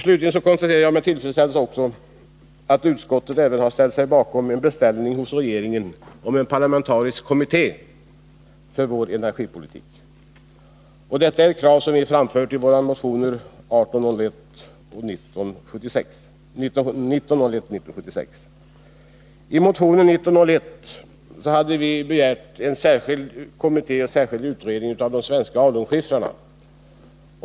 Slutligen konstaterar jag med tillfredsställelse att utskottet även har ställt sig bakom en beställning hos regeringen om en parlamentarisk kommitté för vår energipolitik. Bl. a. detta krav har vi framfört i våra motioner 1901 och 1976.